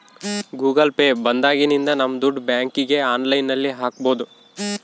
Google Pay ಬಂದಾಗಿನಿಂದ ನಮ್ ದುಡ್ಡು ಬ್ಯಾಂಕ್ಗೆ ಆನ್ಲೈನ್ ಅಲ್ಲಿ ಹಾಕ್ಬೋದು